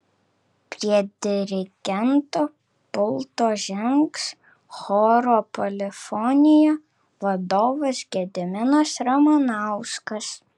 prie dirigento pulto žengs choro polifonija vadovas gediminas ramanauskas